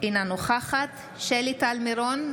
אינה נוכחת שלי טל מירון,